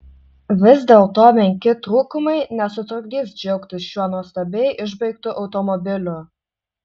vis dėlto menki trūkumai nesutrukdys džiaugtis šiuo nuostabiai išbaigtu automobiliu